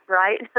right